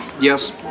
Yes